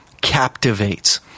captivates